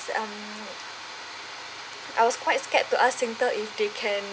um I was quite scared to ask Singtel if they can